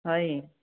ହଇ